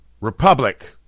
Republic